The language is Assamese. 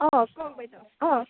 অঁ কওক বাইদেউ অঁ